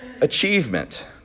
Achievement